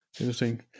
interesting